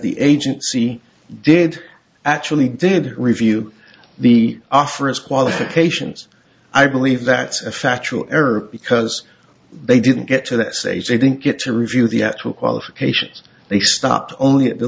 the agency did actually did review the offer as qualifications i believe that a factual error because they didn't get to that stage they didn't get to review the actual qualifications they stopped only at the